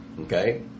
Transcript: Okay